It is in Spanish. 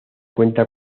cuenta